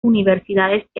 universidades